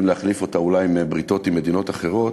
להחליף אותה אולי בבריתות עם מדינות אחרות,